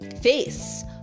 Face